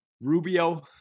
Rubio